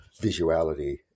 visuality